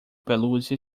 pelúcia